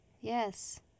Yes